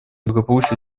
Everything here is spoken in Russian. благополучия